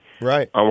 Right